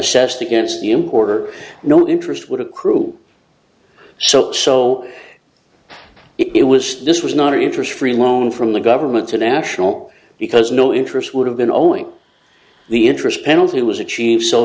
assessed against the importer no interest would accrue so so it was this was not an interest free loan from the government to national because no interest would have been owing the interest penalty was achieved so